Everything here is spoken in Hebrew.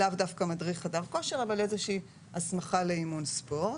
לאו דווקא מדריך חדר כושר אבל איזושהי הסמכה לאימון ספורט,